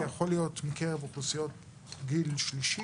זה יכול להיות מקרב אוכלוסיות גיל שלישי,